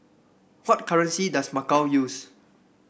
what currency does Macau use